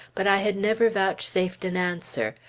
but i had never vouchsafed an answer,